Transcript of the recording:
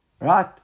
Right